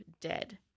dead